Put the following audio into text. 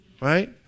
right